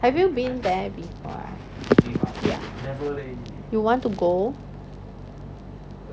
have you been there before ya you want to go